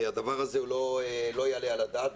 הדבר הזה לא יעלה על הדעת.